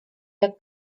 jak